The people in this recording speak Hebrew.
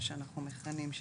מה שאנחנו מכנים,